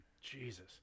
Jesus